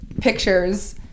pictures